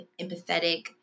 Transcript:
empathetic